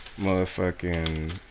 motherfucking